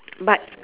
but